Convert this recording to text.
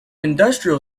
industrial